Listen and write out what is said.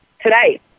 Today